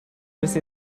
müssen